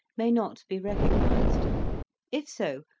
may not be recognized if so,